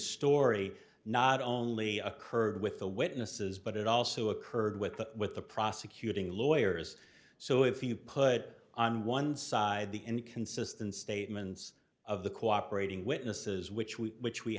story not only occurred with the witnesses but it also occurred with the with the prosecuting lawyers so if you put on one side the inconsistent statements of the cooperating witnesses which we